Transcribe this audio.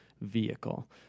vehicle